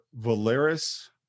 Valeris